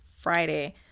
Friday